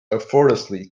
effortlessly